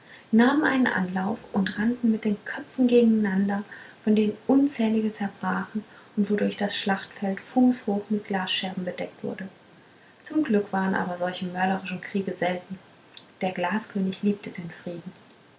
nahmen einen anlauf und rannten mit den köpfen gegeneinander von denen unzählige zerbrachen und wodurch das schlachtfeld fußhoch mit glasscherben bedeckt wurde zum glück waren aber solche mörderischen kriege selten der glaskönig liebte den frieden